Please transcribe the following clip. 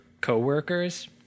co-workers